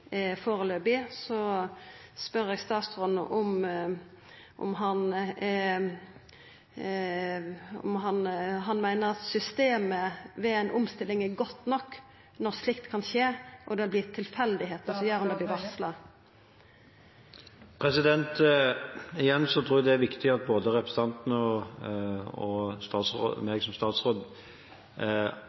spør eg statsråden om han meiner at systemet ved ei omstilling er godt nok når slikt kan skje og det er tilfeldigheiter som gjer at det vert varsla. Igjen tror jeg det er viktig at både representanten og jeg som statsråd